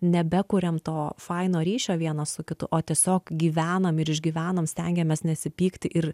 nebekuriam to faino ryšio vienas su kitu o tiesiog gyvenam ir išgyvenam stengiamės nesipykti ir